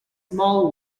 small